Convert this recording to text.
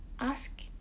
ask